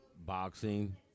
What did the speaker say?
boxing